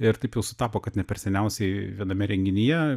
ir taip jau sutapo kad ne per seniausiai viename renginyje